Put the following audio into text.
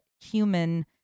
human